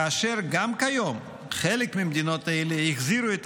כאשר גם כיום חלק ממדינות אלה החזירו את